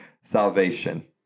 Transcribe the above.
salvation